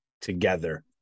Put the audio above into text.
together